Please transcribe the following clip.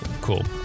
Cool